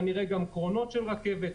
גם קרונות של רכבת,